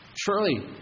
Surely